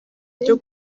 ryo